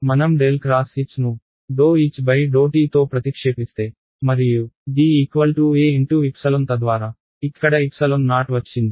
మనం ∇ X H ను ∂D∂t తో ప్రతిక్షేపిస్తే మరియు D తద్వారా ఇక్కడ O వచ్చింది